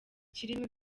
kirimo